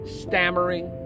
stammering